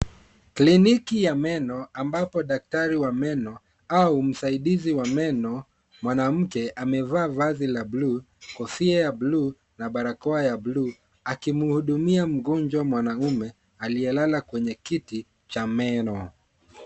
Kliniki ya meno ambapo daktari wa meno au msaidizi wa meno mwanamke amevaa vazi la buluu, kofia ya buluu na barakoa ya buluu akimhudumia mgonjwa mwanamume aliyelala kwenye kiti cha meno.